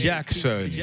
Jackson